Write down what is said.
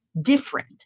different